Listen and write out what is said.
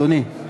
אדוני,